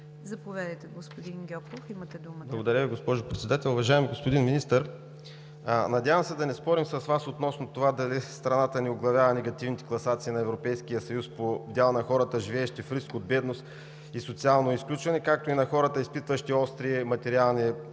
(БСП за България): Благодаря Ви, госпожо Председател! Уважаеми господин Министър, надявам се да не спорим с Вас относно това дали страната ни оглавява негативните класации на Европейския съюз по дял на хората, живеещи в риск от бедност и социално изключване, както и на хората, изпитващи остри материални